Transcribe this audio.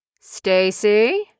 Stacy